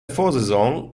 vorsaison